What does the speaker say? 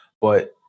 But-